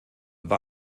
war